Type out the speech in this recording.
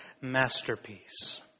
masterpiece